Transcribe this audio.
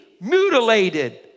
mutilated